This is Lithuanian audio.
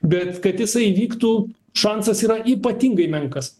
bet kad jisai įvyktų šansas yra ypatingai menkas